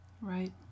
Right